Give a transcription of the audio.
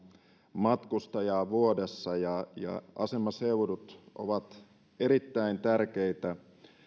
matkustajaa vuodessa ja asemaseudut ovat erittäin tärkeitä